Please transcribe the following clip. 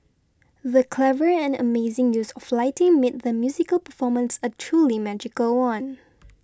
the clever and amazing use of lighting made the musical performance a truly magical one